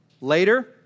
Later